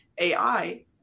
AI